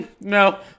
no